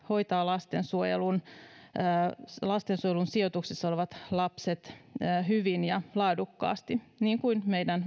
hoitaa lastensuojelun lastensuojelun sijoituksessa olevat lapset hyvin ja laadukkaasti niin kuin meidän